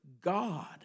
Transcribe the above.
God